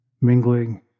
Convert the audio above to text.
Mingling